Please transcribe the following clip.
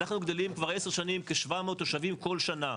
אנחנו גדלים כבר 10 שנים כ-700 תושבים כל שנה.